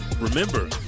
Remember